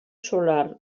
solar